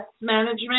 management